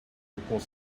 report